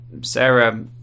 Sarah